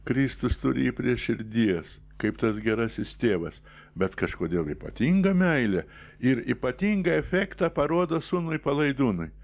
kristus turi jį prie širdies kaip tas gerasis tėvas bet kažkodėl ypatinga meilė ir ypatingai efektą parodo sūnui palaidūnui